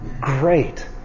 Great